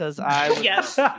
Yes